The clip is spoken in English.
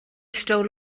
stole